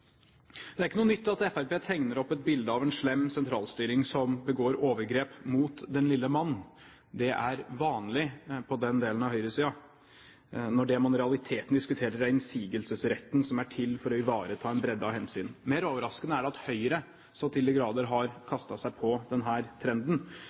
Det er ikke noe nytt at Fremskrittspartiet tegner opp et bilde av en slem sentralstyring som begår overgrep mot den lille mann – det er vanlig på den delen av høyresiden – når det man i realiteten diskuterer, er innsigelsesretten som er til for å ivareta en bredde av hensyn. Mer overraskende er det at Høyre så til de grader har